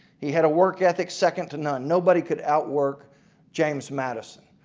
he had a work ethic second to none. nobody could outwork james madison.